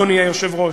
אדוני היושב-ראש,